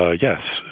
ah yes,